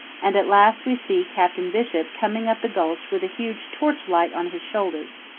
and at last we see captain bishop coming up the gulch with a huge torchlight on his shoulders.